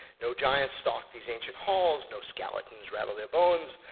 no giants stalk these ancient halls, no skeletons rattle their bones,